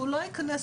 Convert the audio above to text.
שהוא לא ייכנס.